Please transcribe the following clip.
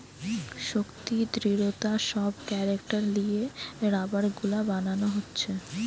শক্তি, দৃঢ়তা সব ক্যারেক্টার লিয়ে রাবার গুলা বানানা হচ্ছে